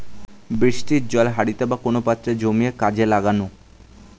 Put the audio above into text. বৃষ্টির জল হাঁড়িতে বা কোন পাত্রে জমিয়ে কাজে লাগানো